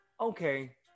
Okay